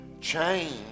change